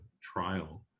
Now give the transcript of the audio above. trial